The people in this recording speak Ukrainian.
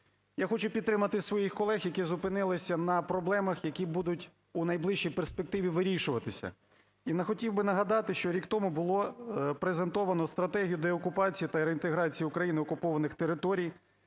Я хочу підтримати своїх колег, які зупинилися на проблемах, які будуть у найближчій перспективі вирішуватися. І хотів би нагадати, що рік тому було презентовано стратегію деокупації та реінтеграції Україною окупованих територій